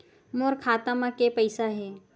मोर खाता म के पईसा हे?